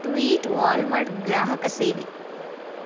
tweet Walmart ಗ್ರಾಹಕ ಸೇವೆ